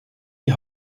die